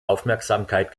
aufmerksamkeit